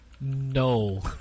No